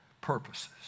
purposes